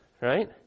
right